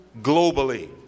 globally